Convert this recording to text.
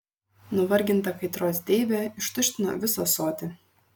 nuvarginta kaitros deivė ištuštino visą ąsotį